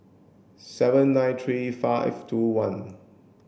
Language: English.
seven nine three five two one